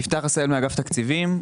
יפתח עשהאל מאגף תקציבים.